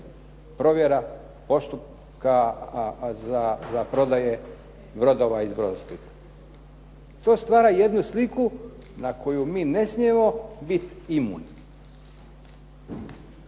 provjera postupka za prodaju brodova iz Brodosplita. To stvara jednu sliku na koju mi ne smijemo biti imuni.